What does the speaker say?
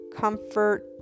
comfort